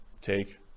take